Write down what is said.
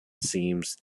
seems